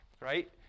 right